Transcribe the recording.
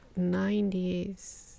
90s